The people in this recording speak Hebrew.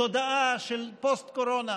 תודעה של פוסט-קורונה.